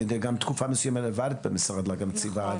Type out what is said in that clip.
אני יודע שבמשך תקופה מסוימת עבדת במשרד להגנת הסביבה.